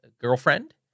girlfriend